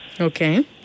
Okay